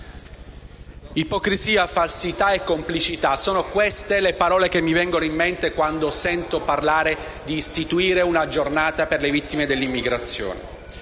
Ipocrisia, falsità e complicità: sono queste le parole che mi vengono in mente quando sento parlare di istituire una Giornata nazionale in memoria delle vittime dell'immigrazione.